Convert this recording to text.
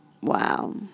wow